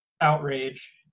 outrage